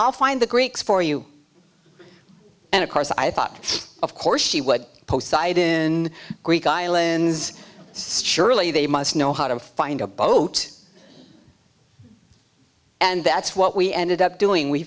i'll find the greeks for you and of course i thought of course she what post site in greek islands surely they must know how to find a boat and that's what we ended up doing we